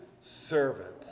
servants